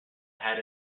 had